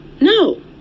No